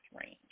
range